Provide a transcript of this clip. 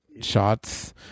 shots